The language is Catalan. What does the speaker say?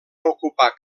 ocupar